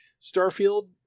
Starfield